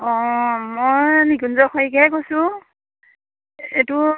অ মই নিকুঞ্জ শইকীয়াই কৈছোঁ এইটো